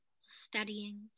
studying